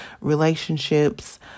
relationships